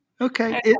Okay